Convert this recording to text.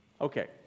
Okay